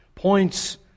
points